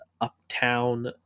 Uptown